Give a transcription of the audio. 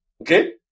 okay